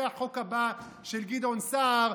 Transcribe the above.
זה החוק הבא של גדעון סער,